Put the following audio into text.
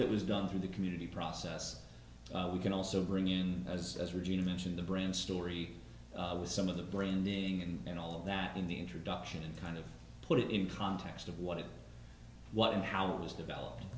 that was done through the community process we can also bring in as as regina mentioned the brand story with some of the brain the thing and all of that in the introduction and kind of put it in context of what it was and how it was developed